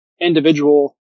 individual